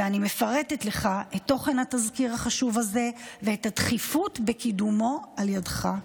ואני מפרטת לך את תוכן התזכיר החשוב הזה ואת הדחיפות בקידומו על ידך.